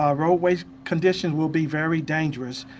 ah roadways conditions will be very dangerous.